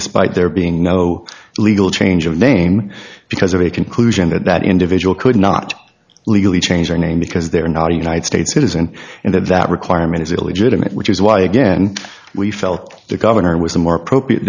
despite there being no legal change of name because of a conclusion that that individual could not legally change their name because they are not a united states citizen and that that requirement is illegitimate which is why again we felt their governor was a more appropriate